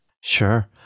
Sure